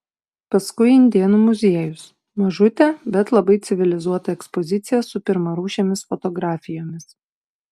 paskui indėnų muziejus mažutė bet labai civilizuota ekspozicija su pirmarūšėmis fotografijomis